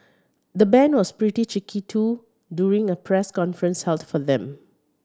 the band was pretty cheeky too during a press conference held for them